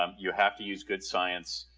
um you have to use good science.